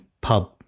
pub